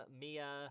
Mia